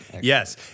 Yes